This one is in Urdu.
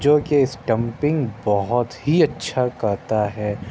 جوکہ اسٹمپنگ بہت ہی اچھا کرتا ہے